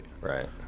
right